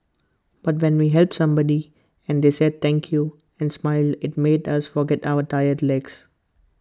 but when we helped somebody and they said thank you and smiled IT made us forget our tired legs